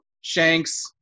Shanks